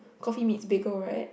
coffee meets bagel right